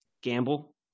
Gamble